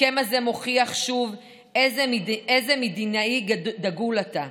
ההסכם הזה מוכיח שוב איזה מדינאי דגול אתה.